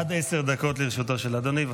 עד עשר דקות לרשותו של אדוני.